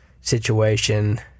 situation